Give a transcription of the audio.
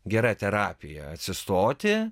gera terapija atsistoti